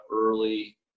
early